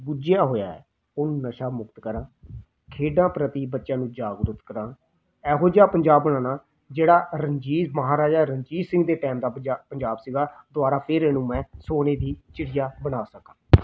ਗੁੱਝਿਆ ਹੋਇਆ ਹੈ ਉਹਨੂੰ ਨਸ਼ਾ ਮੁਕਤ ਕਰਾਂ ਖੇਡਾਂ ਪ੍ਰਤੀ ਬੱਚਿਆਂ ਨੂੰ ਜਾਗਰੂਕ ਕਰਾਂ ਇਹੋ ਜਿਹਾ ਪੰਜਾਬ ਬਣਾਉਣਾ ਜਿਹੜਾ ਰਣਜੀਤ ਮਹਾਰਾਜਾ ਰਣਜੀਤ ਸਿੰਘ ਦੇ ਟਾਇਮ ਦਾ ਪੰਜਾ ਪੰਜਾਬ ਸੀਗਾ ਦੁਬਾਰਾ ਫਿਰ ਇਹਨੂੰ ਮੈਂ ਸੋਨੇ ਦੀ ਚਿੜੀਆ ਬਣਾ ਸਕਾਂ